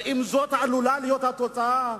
אם זאת עלולה להיות התוצאה,